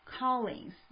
callings